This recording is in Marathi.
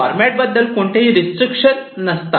फॉरमॅट बद्दल कोणत्याही प्रकारचे रिस्टिक्षण नसतात